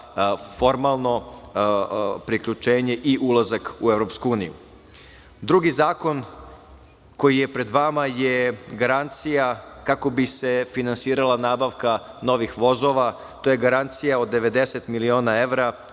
formalno priključenje i ulazak u EU.Drugi zakon koji je pred vama je garancija kako bi se finansirala nabavka novih vozova. To je garancija od 90 miliona evra